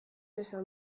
esan